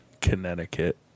connecticut